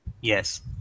Yes